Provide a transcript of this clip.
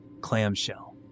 clamshell